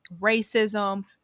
racism